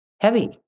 heavy